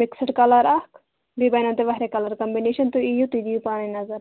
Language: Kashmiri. مِکسٕڈ کَلَر اَکھ بیٚیہِ بَنیوٕ تۄہہِ واریاہ کَلَر کَمبِنیشَن تُہۍ یِیِو تُہۍ دِیِو پانَے نظر